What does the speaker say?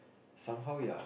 somehow ya